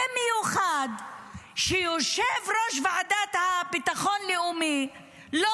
במיוחד כשיושב-ראש ועדת הביטחון הלאומי לא